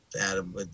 Adam